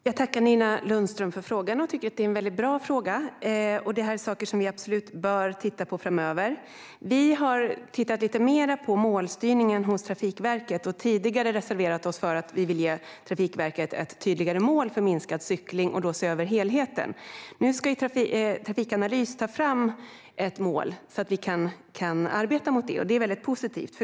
Herr talman! Jag tackar Nina Lundström för frågan. Det är en väldigt bra fråga. Vi bör absolut titta på de sakerna framöver. Vi har tittat lite mer på målstyrningen hos Trafikverket och tidigare reserverat oss, för att vi vill ge Trafikverket ett tydligare mål för ökad cykling och att man då ska se över helheten. Nu ska Trafikanalys ta fram ett mål som vi kan arbeta mot. Det är positivt.